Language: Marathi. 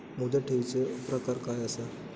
मुदत ठेवीचो प्रकार काय असा?